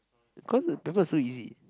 of course the paper so easy